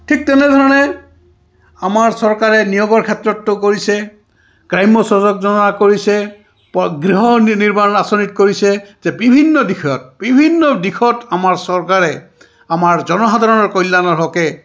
ঠিক তেনেধৰণে আমাৰ চৰকাৰে নিয়োগৰ ক্ষেত্ৰতো কৰিছে গ্ৰাম্য সড়ক যোজনা কৰিছে গৃহ নিৰ্মাণ আঁচনিত কৰিছে যে বিভিন্ন দিশত বিভিন্ন দিশত আমাৰ চৰকাৰে আমাৰ জনসাধাৰণৰ কল্যাণৰ হকে